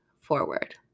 forward